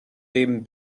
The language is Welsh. dim